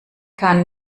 kann